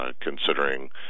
considering